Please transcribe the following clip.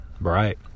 right